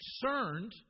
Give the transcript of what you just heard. concerned